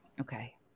Okay